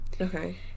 okay